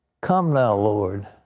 come now, lord,